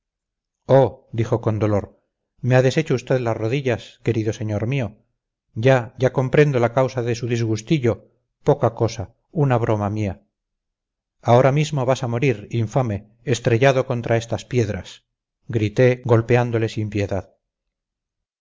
oh dijo con dolor me ha deshecho usted las rodillas querido señor mío ya ya comprendo la causa de su disgustillo poca cosa una broma mía ahora mismo vas a morir infame estrellado contra estas piedras grité golpeándole sin piedad